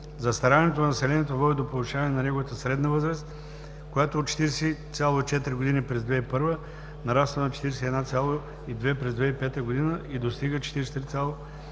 Застаряването на населението води до повишаване на неговата средна възраст, която от 40,4 години през 2001 г. нараства на 41,2 години през 2005 г. и достига 43,3